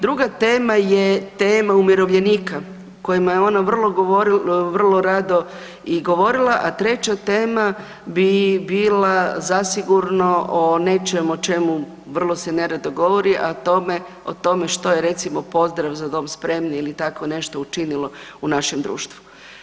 Druga tema je tema umirovljenika o kojima je ona vrlo rado i govorila, a treća tema bi bila zasigurno o nečemu o čemu vrlo se nerado govori o tome što je recimo pozdrav „Za dom spremni“ ili tako nešto učinilo u našem društvu.